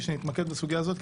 -- שנתמקד בסוגיה הזאת,